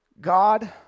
God